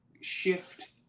shift